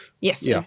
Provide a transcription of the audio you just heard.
Yes